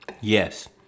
Yes